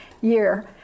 year